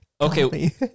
Okay